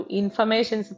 information